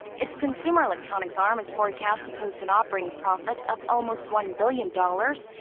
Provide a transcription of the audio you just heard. its consumer electronics arm is forecast to post an operating profit of almost one billion dollars.